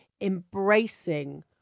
embracing